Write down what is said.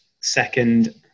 second